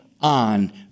on